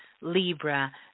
Libra